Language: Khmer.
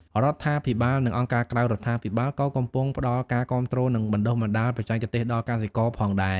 រដ្ឋាភិបាលនិងអង្គការក្រៅរដ្ឋាភិបាលក៏កំពុងផ្តល់ការគាំទ្រនិងបណ្ដុះបណ្ដាលបច្ចេកទេសដល់កសិករផងដែរ។